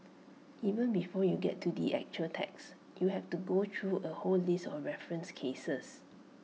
even before you get to the actual text you have to go through A whole list of referenced cases